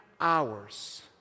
hours